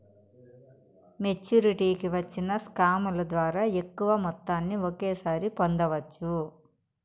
మెచ్చురిటీకి వచ్చిన స్కాముల ద్వారా ఎక్కువ మొత్తాన్ని ఒకేసారి పొందవచ్చు